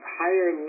higher